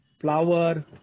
flower